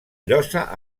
llosa